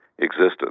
Existence